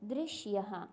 दृश्यः